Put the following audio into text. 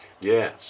Yes